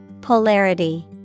Polarity